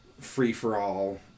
free-for-all